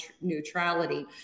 neutrality